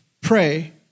pray